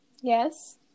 Yes